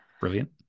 Brilliant